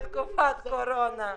בתקופת הקורונה.